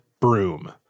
broom